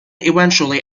eventually